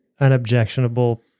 unobjectionable